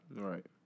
Right